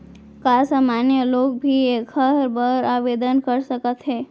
का सामान्य लोग भी एखर बर आवदेन कर सकत हे?